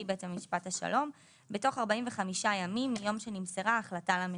בית משפט השלום בתוך 45 ימים מיום שמסרה ההחלטה למפר.